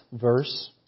verse